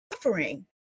suffering